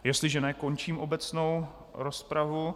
Jestliže ne, končím obecnou rozpravu.